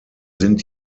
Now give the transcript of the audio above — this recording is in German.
sind